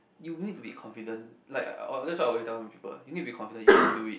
you need to be confident like I that's what I always tell people you need to be confident you can do it